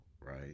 right